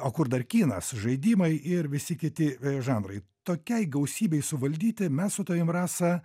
o kur dar kinas žaidimai ir visi kiti žanrai tokiai gausybei suvaldyti mes su tavim rasa